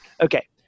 Okay